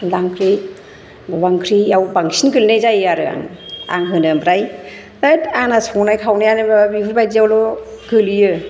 अनला ओंख्रि मेवा ओंख्रियाव बांसिन गोलैनाय जायो आरो आङो आं होनो ओमफ्राय होथ आंना संनाय खावनायानो माबा बेफोरबायदियावल' गोलैयो